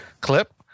clip